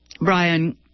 Brian